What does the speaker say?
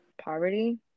poverty